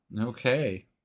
okay